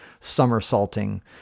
somersaulting